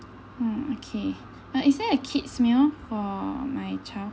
oh okay but is there a kid's meal for my child